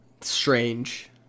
strange